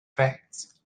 facts